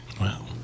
Wow